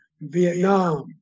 Vietnam